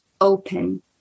open